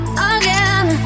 again